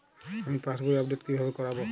আমি passbook update কিভাবে করাব?